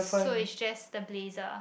so is just the blazer